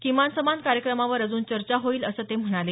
किमान समान कार्यक्रमावर अजून चर्चा होईल असं ते म्हणाले